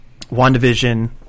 WandaVision